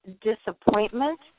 disappointment